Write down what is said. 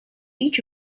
each